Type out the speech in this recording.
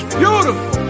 beautiful